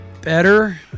better